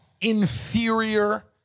inferior